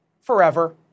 forever